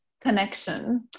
connection